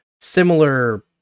similar